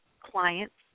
clients